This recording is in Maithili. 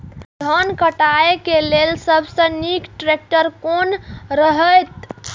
धान काटय के लेल सबसे नीक ट्रैक्टर कोन रहैत?